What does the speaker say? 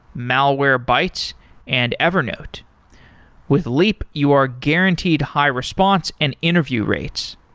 malwarebytes and evernote with leap, you are guaranteed high response and interview rates.